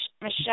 Michelle